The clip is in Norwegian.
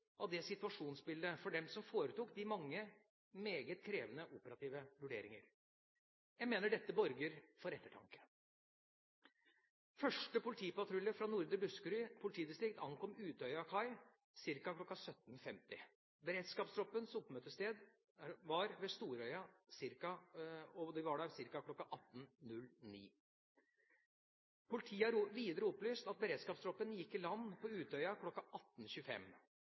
av situasjonsbildet for dem som foretok de mange meget krevende operative vurderinger. Jeg mener dette borger for ettertanke. Første politipatrulje fra Nordre Buskerud politidistrikt ankom Utøya kai ca. kl. 17.50. Beredskapstroppens oppmøtested var ved Storøya, og de var der ca. kl. 18.09. Politiet har videre opplyst at beredskapstroppen gikk i land på Utøya